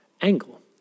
angle